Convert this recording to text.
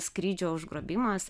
skrydžio užgrobimas